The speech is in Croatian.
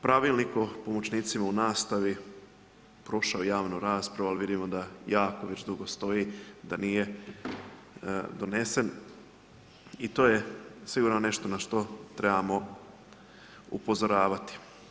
Pravilnik o pomoćnicima u nastavi prošao je javnu raspravu ali vidimo da jako već dugo stoji, da nije donesen i to je sigurno nešto na što trebamo upozoravati.